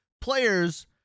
players